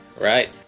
Right